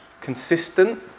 consistent